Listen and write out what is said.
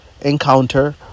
encounter